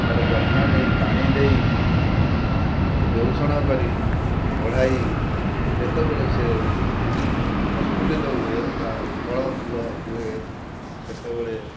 ତା'ର ଯତ୍ନ ନେଇ ପାଣି ଦେଇ ତାକୁ ବେଉଷଣ କରି ବଢ଼ାଇ ଯେତେବେଳେ ସେ ପ୍ରସ୍ପୁଟିତ ହୁଏ ବା ଫଳ ଫୁଲ ହୁଏ ସେତେବେଳେ